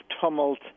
tumult